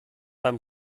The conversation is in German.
beim